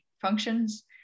functions